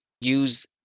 use